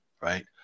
right